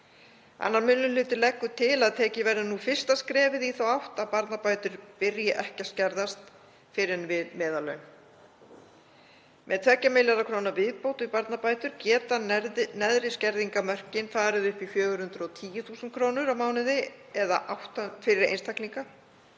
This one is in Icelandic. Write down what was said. Annar minni hluti leggur til að tekið verði nú fyrsta skrefið í þá átt að barnabætur byrji ekki að skerðast fyrr en við meðallaun. Með 2 milljarða kr. viðbót við barnabætur geta neðri skerðingarmörkin farið upp í 410.000 kr. á mánuði fyrir einstaklinga